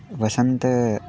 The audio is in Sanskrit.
वसन्तः